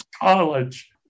college